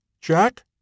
Jack